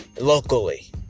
Locally